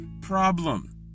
problem